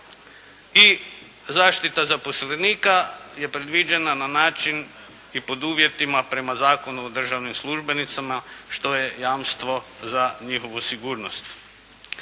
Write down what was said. I zaštita zaposlenika je predviđena na način i pod uvjetima prema Zakonu o državnim službenicima što je jamstvo za njihovu sigurnost.